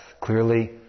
Clearly